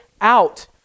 out